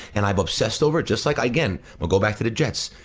and i've obsessed over it. just like, again, we'll go back to the jets,